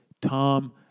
Tom